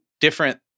different